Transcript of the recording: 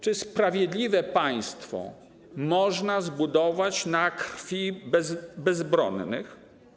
Czy sprawiedliwe państwo można zbudować na krwi bezbronnych?